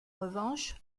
revanche